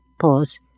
Pause